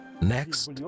Next